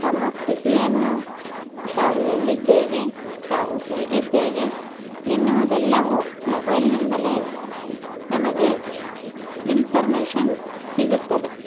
ತಮ್ಮ ಸ್ಥಿತಿಯನ್ನು ತಾವು ಎಲ್ಲಿದ್ದೇವೆ ತಾವು ಹೇಗಿದ್ದೇವೆ ಎನ್ನುವುದೆಲ್ಲವು ಮೊಬೈಲಿನಿಂದಲೇ ನಮಗೆ ಇನ್ಫಾರ್ಮೇಶನ್ ಸಿಗುತ್ತದೆ